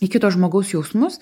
į kito žmogaus jausmus